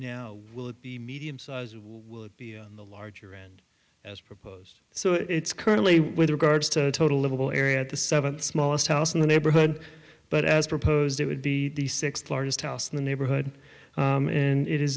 now will it be medium sized will it be on the larger end as proposed so it's currently with regards to the total level area of the seventh smallest house in the neighborhood but as proposed it would be the sixth largest house in the neighborhood and it is